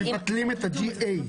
מבטלים את ה-GA.